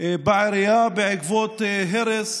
בעירייה בעקבות הרס